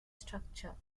structure